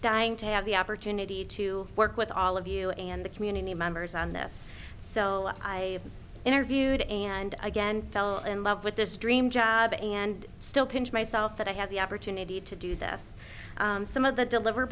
dying to have the opportunity to work with all of you and the community members on this so i interviewed and again fell in love with this dream job and still pinch myself that i have the opportunity to do this some of the deliver